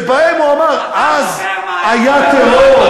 שעליהן הוא אמר: אז היה טרור,